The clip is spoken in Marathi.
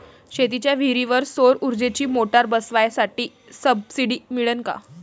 शेतीच्या विहीरीवर सौर ऊर्जेची मोटार बसवासाठी सबसीडी मिळन का?